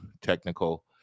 technical